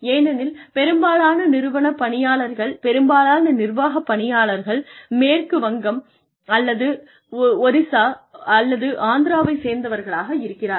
ஏனெனில் பெரும்பாலான நிறுவன பணியாளர்கள் பெரும்பாலான நிர்வாக பணியாளர்கள் மேற்கு வங்கம் அல்லது ஒரிசா அல்லது ஆந்திராவைச் சேர்ந்தவர்களாக இருக்கிறார்கள்